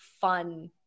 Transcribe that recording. fun